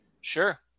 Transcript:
Sure